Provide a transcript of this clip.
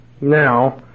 Now